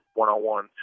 one-on-one